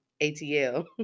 ATL